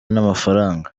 n’amafaranga